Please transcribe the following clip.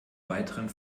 weiteren